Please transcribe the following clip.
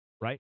right